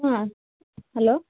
ಹಾಂ ಹಲೋ